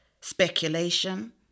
Speculation